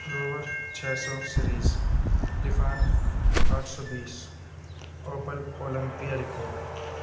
Rover چھ سو series Lifan آٹھ سو بیس اوپل اولمپیا ریکارڈ